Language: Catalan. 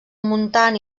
muntant